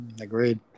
Agreed